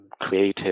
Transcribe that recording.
creative